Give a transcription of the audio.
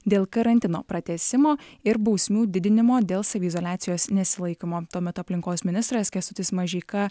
dėl karantino pratęsimo ir bausmių didinimo dėl saviizoliacijos nesilaikymo tuo metu aplinkos ministras kęstutis mažeika